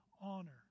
honor